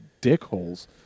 dickholes